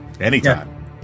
anytime